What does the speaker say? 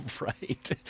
Right